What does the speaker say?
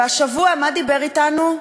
והשבוע, על מה דיבר אתנו?